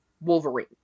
Wolverine